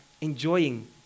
enjoying